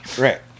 Right